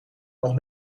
nog